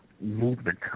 movement